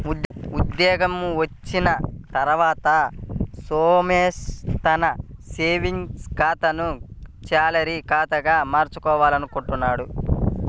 ఉద్యోగం వచ్చిన తర్వాత సోమేష్ తన సేవింగ్స్ ఖాతాను శాలరీ ఖాతాగా మార్చుకోవాలనుకుంటున్నాడు